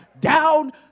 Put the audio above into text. Down